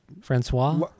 francois